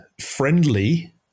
friendly